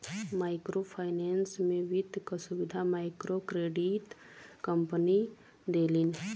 micro finance में वित्त क सुविधा मइक्रोक्रेडिट कम्पनी देलिन